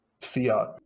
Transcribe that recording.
fiat